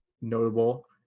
notable